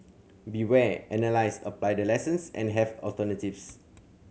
be ware analyse apply the lessons and have alternatives